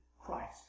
Christ